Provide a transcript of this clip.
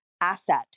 asset